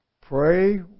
Pray